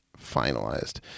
finalized